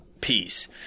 peace